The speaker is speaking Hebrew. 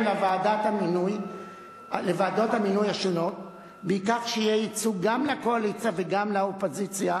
לוועדות המינוי השונות בכך שיהיה ייצוג גם לקואליציה וגם לאופוזיציה